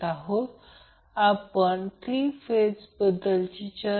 93 म्हणजे 187